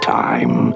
time